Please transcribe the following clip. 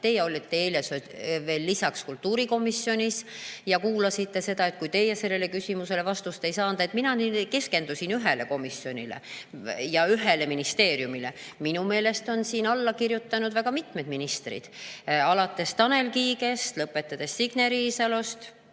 Teie olite eile veel lisaks kultuurikomisjonis ja kuulasite seda ning kui teie sellele küsimusele vastust ei saanud ... Mina keskendusin ühele komisjonile ja ühele ministeeriumile. Minu meelest on siia alla kirjutanud väga mitmed ministrid, alates Tanel Kiigest, lõpetades Signe Riisaloga,